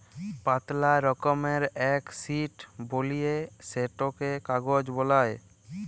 পাতলা রকমের এক শিট বলিয়ে সেটকে কাগজ বালাই